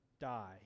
die